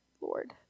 Lord